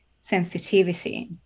sensitivity